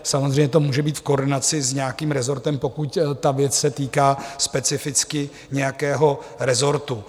Samozřejmě to může být koordinaci s nějakým rezortem, pokud ta věc se týká specificky nějakého rezortu.